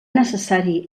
necessari